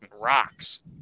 rocks